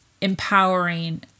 empowering